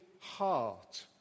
heart